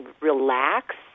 relax